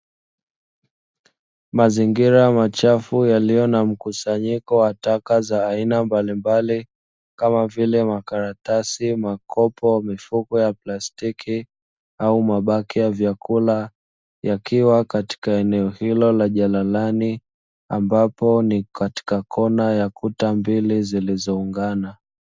Mazingira machafu yaliyo na mkusanyiko wa taka za aina mbalimbali kama vile: makaratasi, makopo, mifuko ya plastiki au mabaki ya vyakula yakiwa katika eneo hilo la jalalani ambapo ni katika kona ya kuta mbili zilizoungana.